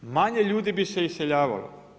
Manje ljudi bi se iseljavalo.